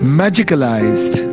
magicalized